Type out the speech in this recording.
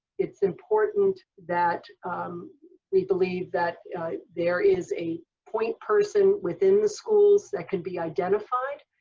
it's important that we believe that there is a point person within the schools that could be identified,